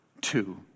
two